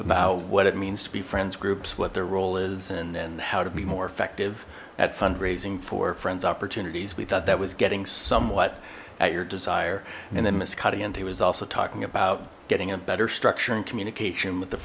about what it means to be friends groups what their role is and and how to be more effective at fundraising for friends opportunities we thought that was getting somewhat at your desire and then miss cadiente was also talking about getting a better structure in communication with the